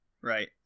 Right